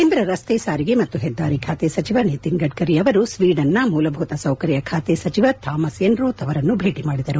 ಕೇಂದ್ರ ರಸ್ತೆ ಸಾರಿಗೆ ಮತ್ತು ಹೆದ್ದಾರಿ ಖಾತೆ ಸಚಿವ ನಿತಿನ್ ಗಡ್ಡರಿ ಅವರು ಸ್ವೀಡನ್ನ ಮೂಲಭೂತ ಸೌಕರ್ಯ ಖಾತೆ ಸಚಿವ ಥಾಮಸ್ ಎನೆರೋಥ್ ಅವರನ್ನು ಭೇಟಿ ಮಾಡಿದರು